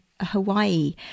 Hawaii